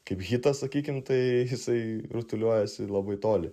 kaip hitas sakykim tai jisai rutuliojasi labai toli